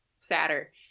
sadder